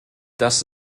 das